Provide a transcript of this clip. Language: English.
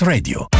Radio